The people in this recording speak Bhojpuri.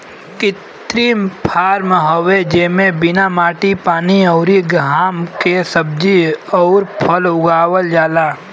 कृत्रिम फॉर्म हवे जेमे बिना माटी पानी अउरी घाम के सब्जी अउर फल उगावल जाला